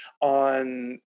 On